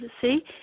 see